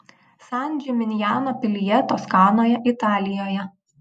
san džiminjano pilyje toskanoje italijoje